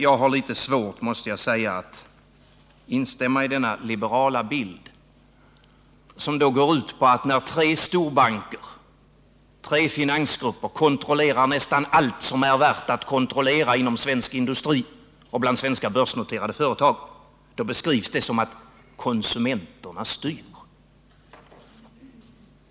Jag har litet svårt, måste jag säga, att instämma i denna liberala bild. Den går ut på att när Nr 116 tre storbanker, tre finansgrupper, kontrollerar nästan allt som är värt att Torsdagen den kontrollera inom svensk industri och bland svenska börsnoterade företag, så 29 mars 1979 beskrivs detta som att konsumenterna styr.